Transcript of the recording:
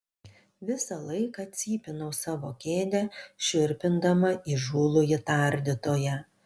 visą laiką cypinau savo kėdę šiurpindama įžūlųjį tardytoją